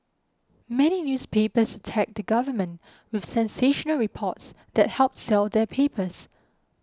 many newspapers attack the government with sensational reports that help sell their papers